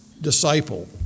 disciple